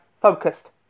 focused